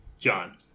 John